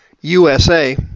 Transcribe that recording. USA